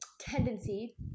tendency